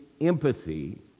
empathy